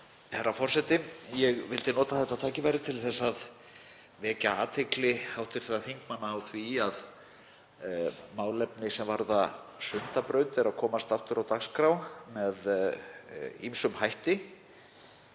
Herra forseti. Ég vildi nota þetta tækifæri til að vekja athygli hv. þingmanna á því að málefni sem varða Sundabraut eru að komast aftur á dagskrá með ýmsum hætti.